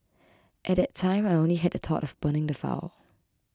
at that time I only had the thought of burning the file